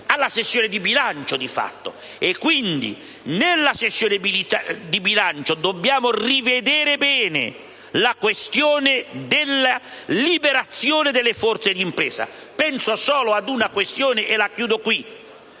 alla sessione di bilancio, quindi nella sessione di bilancio dobbiamo rivedere bene la questione della liberazione delle forze d'impresa. Penso solo ad una questione, e concludo il